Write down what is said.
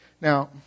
Now